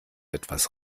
etwas